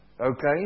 Okay